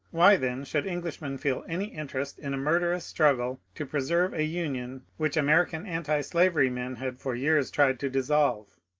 why, then, should englishmen feel any interest in a murder ous struggle to preserve a union which american antislavery men had for years tried to dissolve?